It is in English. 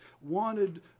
wanted